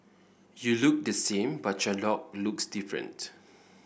you look the same but your dog looks different